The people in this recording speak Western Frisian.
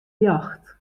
ljocht